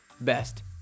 best